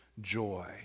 joy